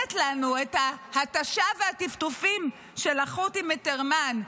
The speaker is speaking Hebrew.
מנרמלת את ההתשה והטפטופים של החות'ים בתימן,